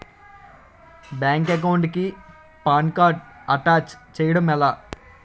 Bank account కి PAN card attach చేయడం ఎలా?